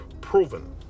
proven